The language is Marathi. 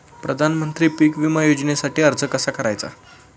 प्रधानमंत्री पीक विमा योजनेसाठी अर्ज कसा करायचा?